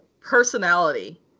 personality